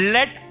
Let